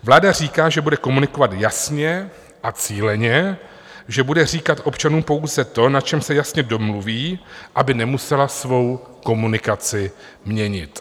Vláda říká, že bude komunikovat jasně a cíleně, že bude říkat občanům pouze to, na čem se jasně domluví, aby nemusela svou komunikaci měnit.